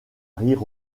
rire